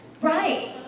Right